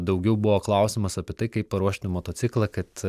daugiau buvo klausimas apie tai kaip paruošti motociklą kad